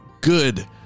good